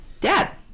Dad